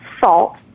salt